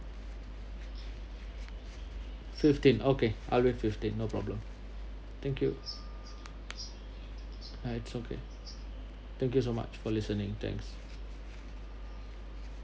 fifteen okay I'll wait fifteen no problem thank you nah it's okay thank you so much for listening thanks